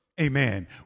amen